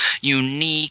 unique